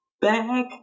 back